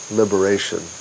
liberation